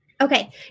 Okay